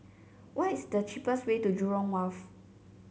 what is the cheapest way to Jurong Wharf